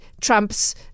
trumps